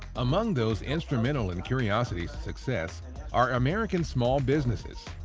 among those instrumental in curiosity's success are american small businesses.